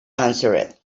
answered